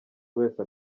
wese